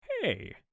hey